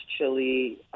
chili